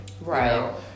Right